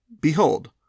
Behold